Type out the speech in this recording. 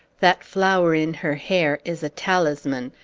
that flower in her hair is a talisman.